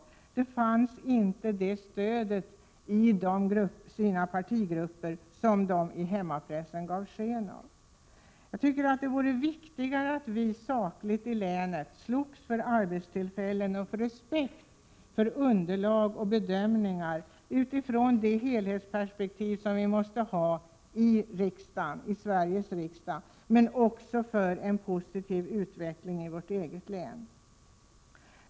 Rolf Dahlberg och Hans Lindblad hade inte det stöd i sina partigrupper som diskussionen i hemmapressen gav sken av. Min åsikt är att det vore viktigare för länet att utifrån det helperspektiv som vi måste ha i Sveriges riksdag på ett sakligt sätt slogs för arbetstillfällen och visade respekt för underlag och bedömningar. Vi borde också arbeta för en positiv utveckling i våra hemlän.